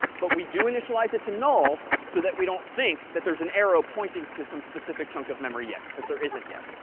but we do initialize it to null so that we don't think that there's an arrow pointing to some specific chunk of memory yet. because there isn't yet.